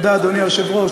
אדוני היושב-ראש,